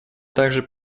также